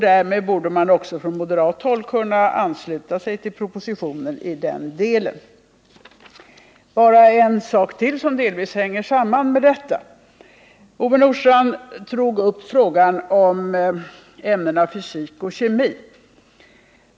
Därmed borde man från moderat håll kunna ansluta sig till propositionen i den delen. Bara en sak till, som delvis hänger samman med detta: Ove Nordstrandh tog upp frågan om ämnena fysik och kemi.